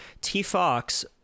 T-Fox